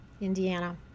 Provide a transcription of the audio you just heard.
Indiana